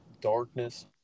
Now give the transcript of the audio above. Darkness